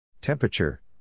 Temperature